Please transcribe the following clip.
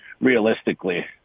realistically